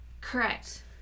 Correct